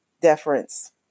deference